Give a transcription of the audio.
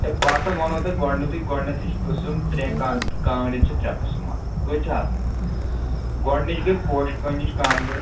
A بہٕ ہَسا وَنو تۄہہِ گۄڈنیٚتھٕے گۄڈنیٚتھٕے چھُ قٕسٕم ترٛےٚ کا کانٛگٕریٚن چھِ ترٛےٚ قٕسٕم آسان کٔژ چھِ آسان گۄڈنِچ گٔے پوشہِ کانِچ کانٛگٕر